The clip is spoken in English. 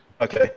Okay